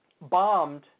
bombed